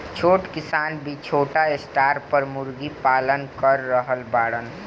छोट किसान भी छोटा स्टार पर मुर्गी पालन कर रहल बाड़न